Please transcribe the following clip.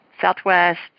southwest